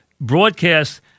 broadcast